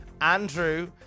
andrew